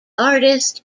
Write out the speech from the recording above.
artist